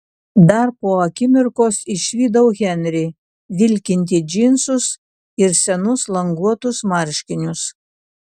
dar po akimirkos išvydau henrį vilkintį džinsus ir senus languotus marškinius